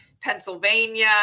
Pennsylvania